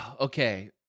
Okay